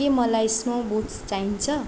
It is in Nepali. के मलाई स्नो बुट्स चाहिन्छ